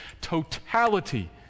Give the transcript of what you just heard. totality